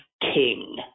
King